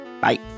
Bye